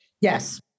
Yes